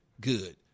Good